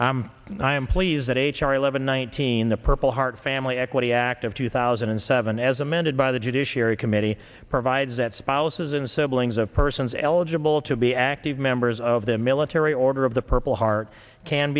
members i am pleased that h r eleven nineteen the paul hart family equity act of two thousand and seven as amended by the judiciary committee provides that spouses and siblings of persons eligible to be active members of the military order of the purple heart can